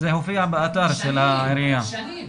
שנים.